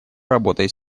работой